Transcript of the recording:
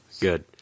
Good